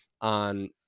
on